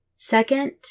Second